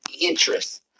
interest